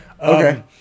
Okay